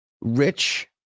rich